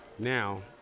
Now